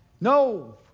No